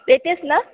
येतेस ना